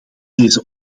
deze